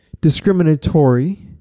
discriminatory